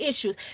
issues